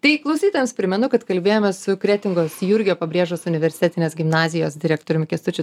tai klausytojams primenu kad kalbėjomės su kretingos jurgio pabrėžos universitetinės gimnazijos direktoriumi kęstučiu